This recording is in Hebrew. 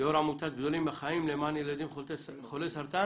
יו"ר עמותת "גדולים מהחיים" למען ילדים חולי סרטן,